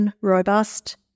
robust